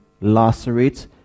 lacerate